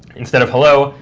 instead of hello,